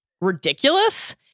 ridiculous